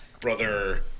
Brother